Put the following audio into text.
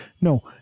No